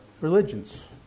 religions